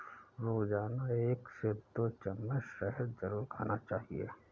रोजाना एक से दो चम्मच शहद जरुर खाना चाहिए